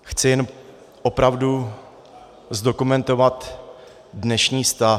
Chci jen opravdu zdokumentovat dnešní stav.